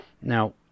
Now